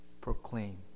proclaim